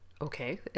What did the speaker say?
Okay